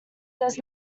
does